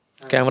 Camera